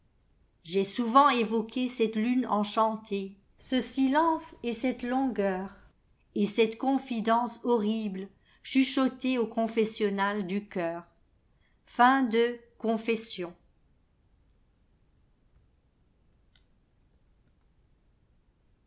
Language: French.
j'ai souvent évoqué cette lune enchantée ce silence et cette longueur et cette confidence horrible chuchoîce au confessionnal du cœur